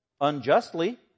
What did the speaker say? unjustly